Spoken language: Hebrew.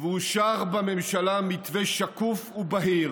מתכבד להביא בפניכם תיקון לחוק שירות הקבע בצה"ל.